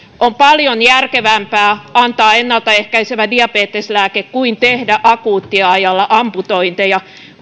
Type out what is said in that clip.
on paljon järkevämpää antaa ennaltaehkäisevä diabeteslääke kuin tehdä akuuttiajalla amputointeja